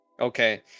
Okay